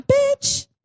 Bitch